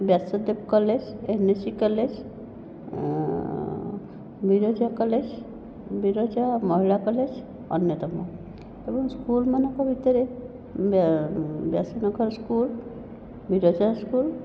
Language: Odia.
Vyasadev college NAC college Biraja college Biraja Mahila college ଅନ୍ୟତମ ଏବଂ ସ୍କୁଲମାନଙ୍କ ଭିତରେ ବ୍ୟାସନଗର ସ୍କୁଲ ବିରଜା ସ୍କୁଲ